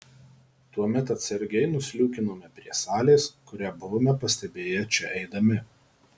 tuomet atsargiai nusliūkinome prie salės kurią buvome pastebėję čia eidami